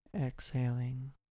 Exhaling